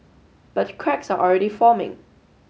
but cracks are already forming